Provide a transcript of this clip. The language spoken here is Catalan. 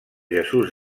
jesús